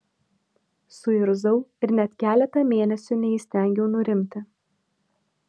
suirzau ir net keletą mėnesių neįstengiau nurimti